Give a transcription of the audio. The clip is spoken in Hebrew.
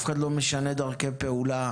אף אחד לא משנה דרכי פעולה.